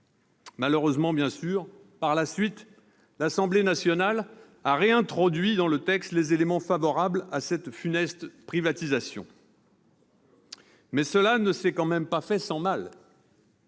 Malheureusement bien sûr, par la suite, l'Assemblée nationale a réintroduit dans le texte les éléments favorables à cette funeste privatisation. Mais cela ne s'est tout de même pas fait sans mal